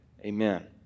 Amen